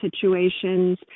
situations